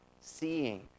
seeing